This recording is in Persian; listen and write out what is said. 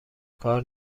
کار